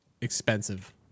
expensive